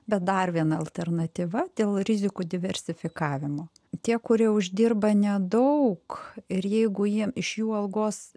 bet dar viena alternatyva dėl rizikų diversifikavimo tie kurie uždirba nedaug ir jeigu jiem iš jų algos